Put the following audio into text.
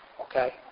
Okay